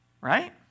Right